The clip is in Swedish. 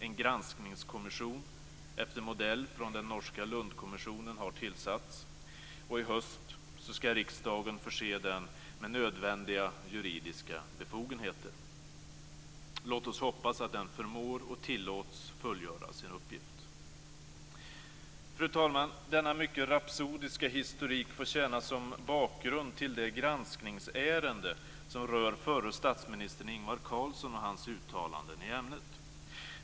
En granskningskommission efter modell från den norska Lundkommissionen har tillsatts. I höst skall riksdagen förse den med nödvändiga juridiska befogenheter. Låt oss hoppas att den förmår och tillåts fullgöra sin uppgift. Fru talman! Denna mycket rapsodiska historik får tjäna som bakgrund till det granskningsärende som rör förre statsminister Ingvar Carlsson och hans uttalanden i ämnet.